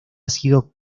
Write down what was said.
sido